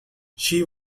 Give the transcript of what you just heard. she